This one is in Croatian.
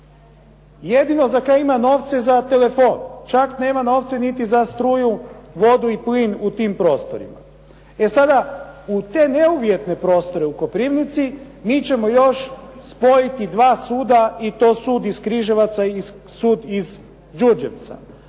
Jedino za šta ima novce za telefon, čak nema novce niti za struju, vodu i plin u tim prostorima. E sada, u te neuvjetne prostore u Koprivnici, mi ćemo još spojiti dva suda i to sud iz Križevaca i sud iz Đurđevca.